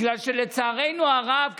בגלל שלצערנו הרב,